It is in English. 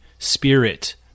spirit